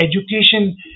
education